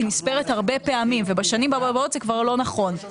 היא נספרת הרבה פעמים ובשנים הבאות זה כבר לא נכון.